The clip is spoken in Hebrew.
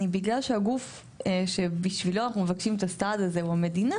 בגלל שהגוף שבשבילו אנחנו מבקשים את הסעד הזה הוא המדינה,